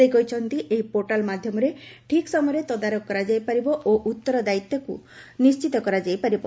ସେ କହିଛନ୍ତି ଏହି ପୋର୍ଟାଲ୍ ମାଧ୍ଧମରେ ଠିକ୍ ସମୟରେ ତଦାରଖ କରାଯାଇପାରିବ ଉଉଦାୟିତାକୁ ନିଶ୍ୱିତ କରାଯାଇପାରିବ